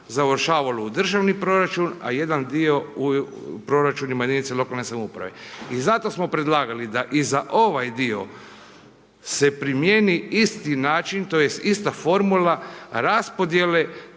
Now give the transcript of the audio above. završavalo u državni proračun, a jedan dio u proračunima jedinica lokalne samouprave. I zato smo predlagali da i za ovaj dio se primjeni isti način tj. ista formula raspodjele